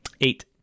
Eight